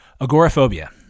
Agoraphobia